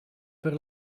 per